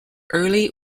early